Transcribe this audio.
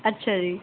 ਅੱਛਾ ਜੀ